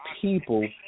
people